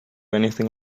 anything